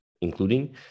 including